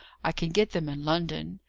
i can get them in london.